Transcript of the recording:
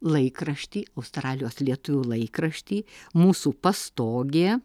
laikraštį australijos lietuvių laikraštį mūsų pastogė